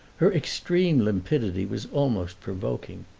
her extreme limpidity was almost provoking,